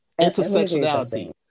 Intersectionality